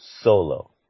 solo